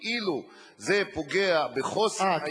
כאילו זה פוגע בחוסן היהדות,